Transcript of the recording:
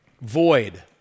void